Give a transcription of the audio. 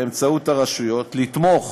באמצעות הרשויות, לתמוך